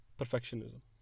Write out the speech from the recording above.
perfectionism